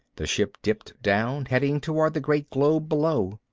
the ship dipped down, heading toward the great globe below.